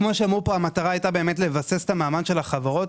כמו שאמרו פה, הייתה לבסס את המעמד של החברות.